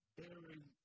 bearing